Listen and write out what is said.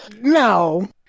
No